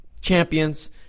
champions